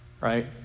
right